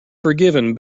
forgiven